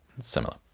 Similar